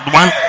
one